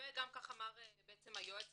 וכך גם אמר בעצם היועמ"ש